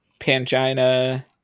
Pangina